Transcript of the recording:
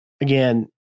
Again